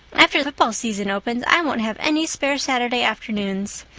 after the football season opens i won't have any spare saturday afternoons.